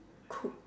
cook